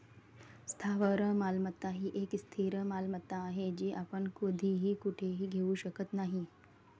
स्थावर मालमत्ता ही एक स्थिर मालमत्ता आहे, जी आपण कधीही कुठेही घेऊ शकत नाही